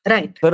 Right